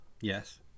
yes